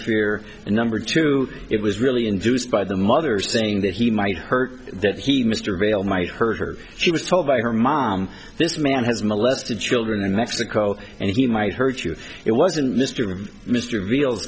fear and number two it was really induced by the mother saying that he might hurt that he mr bayle might hurt her she was told by her mom this man has molested children in mexico and he might hurt you if it wasn't mr mr veal